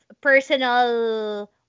personal